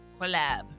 collab